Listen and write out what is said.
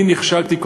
אני נכשלתי",